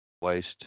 waste